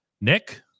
Nick